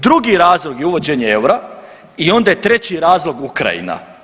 Drugi razlog je uvođenje eura i onda je treći razlog Ukrajina.